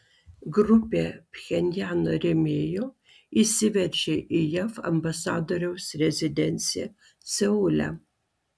grupė pchenjano rėmėjų įsiveržė į jav ambasadoriaus rezidenciją seule